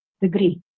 degree